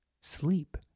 sleep